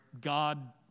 God